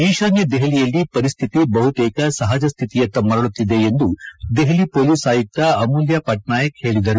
ಈಶಾನ್ನ ದೆಹಲಿಯಲ್ಲಿ ಪರಿಸ್ತಿತಿ ಬಹುತೇಕ ಸಹಜ ಸ್ನಿತಿಯತ್ನ ಮರಳುತ್ತಿದೆ ಎಂದು ದೆಹಲಿ ಹೊಲೀಸ್ ಆಯುಕ್ತ ಅಮೂಲ್ನ ಪಟ್ಟಾಯಕ್ ಹೇಳದರು